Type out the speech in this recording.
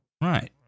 Right